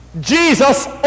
Jesus